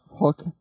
hook